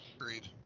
Agreed